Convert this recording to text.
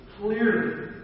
clearly